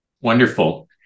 Wonderful